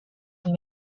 and